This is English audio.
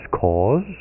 cause